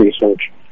research